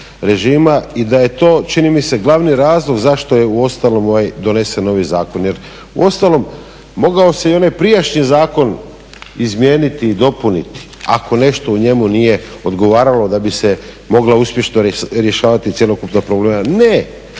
I da je to čini mi se glavni razlog zašto je uostalom donesen novi zakon. Jer uostalom mogao se i onaj prijašnji zakon izmijeniti i dopuniti ako nešto u njemu nije odgovaralo da bi se mogla uspješno rješavati cjelokupni problemi. Ne,